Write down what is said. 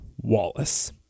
Wallace